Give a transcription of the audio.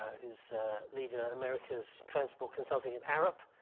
who's a leader americas transport consulting and arub.